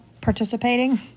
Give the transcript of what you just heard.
participating